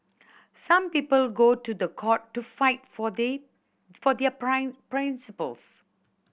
some people go to the court to fight for they for their principles